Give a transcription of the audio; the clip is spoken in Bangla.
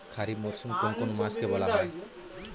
খারিফ মরশুম কোন কোন মাসকে বলা হয়?